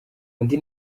undi